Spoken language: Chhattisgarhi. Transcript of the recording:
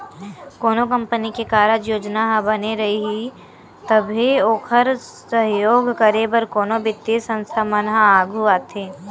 कोनो कंपनी के कारज योजना ह बने रइही तभी ओखर सहयोग करे बर कोनो बित्तीय संस्था मन ह आघू आथे